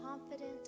confident